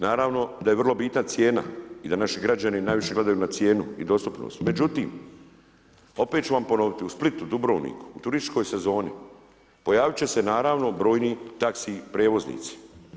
Naravno da je vrlo bitna cijena i da naši građani najviše gledaju na cijenu i dostupnost, međutim opet ću vam ponoviti, u Splitu, Dubrovniku, u turističkoj sezoni, pojavit će se naravno brojni taxi prijevoznici.